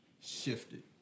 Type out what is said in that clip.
shifted